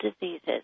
diseases